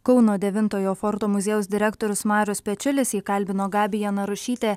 kauno devintojo forto muziejaus direktorius marius pečiulis jį kalbino gabija narušytė